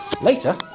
later